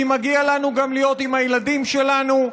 כי מגיע לנו גם להיות עם הילדים שלנו,